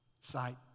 sight